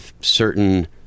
certain